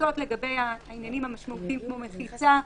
קנסות לגבי העניינים המשמעותיים כמו מחיצה,